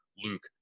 Luke